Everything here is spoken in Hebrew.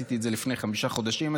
עשיתי את זה לפני חמישה חודשים,